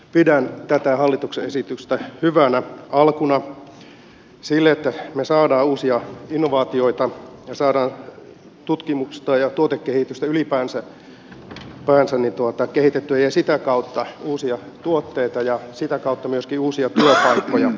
pidän tätä hallituksen esitystä hyvänä alkuna sille että me saamme uusia innovaatioita ja saamme tutkimusta ja tuotekehitystä ylipäänsä kehitettyä ja sitä kautta uusia tuotteita ja sitä kautta myöskin uusia työpaikkoja